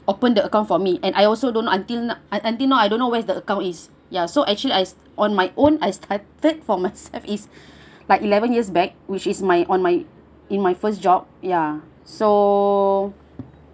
open the account for me and I also don't until until now I don't know where's the account is ya so actually I on my own I started for myself is like eleven years back which is my on my in my first job ya so